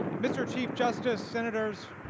mr. chief justice, senators,